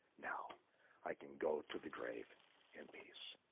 now i can go to the grave in peace.